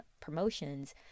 promotions